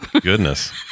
goodness